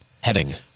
Heading